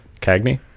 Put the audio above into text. cagney